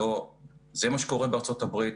זה מה שקורה בארצות הברית,